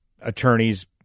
attorneys